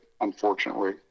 unfortunately